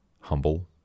humble